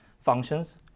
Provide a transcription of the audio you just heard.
functions